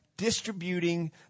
distributing